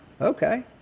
Okay